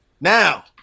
Now